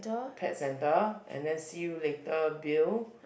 pets centre and then see you later Bill